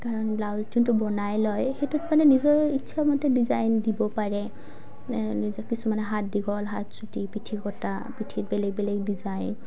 কাৰণ ব্লাউজ যোনটো বনাই লয় সেইটোত মানে নিজৰ ইচ্ছা মতে ডিজাইন দিব পাৰে নিজৰ কিছুমানে হাত দীঘল হাত চুটি পিঠি কটা পিঠিত বেলেগ বেলেগ ডিজাইন